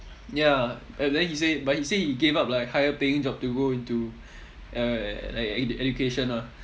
ya then he say but he say he gave up like higher paying job to go into uh like edu~ education ah